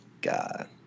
God